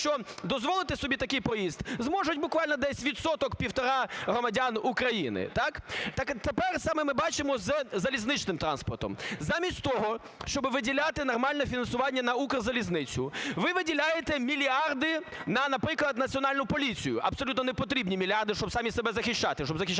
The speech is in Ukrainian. що дозволити собі такий проїзд зможуть буквально десь відсоток - півтора громадян України. Так. Так, а тепер саме ми бачимо із залізничним транспортом. Замість того, щоби виділяти нормальне фінансування на "Укрзалізницю", ви виділяєте мільярди на, наприклад, Національну поліцію – абсолютно непотрібні мільярди, щоб самі себе захищати,